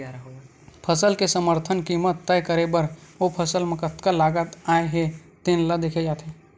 फसल के समरथन कीमत तय करे बर ओ फसल म कतका लागत आए हे तेन ल देखे जाथे